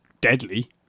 deadly